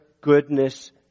goodness